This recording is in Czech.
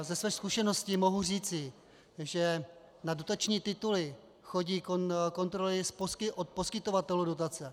Ze své zkušenosti mohu říci, že na dotační tituly chodí kontroly od poskytovatelů dotace.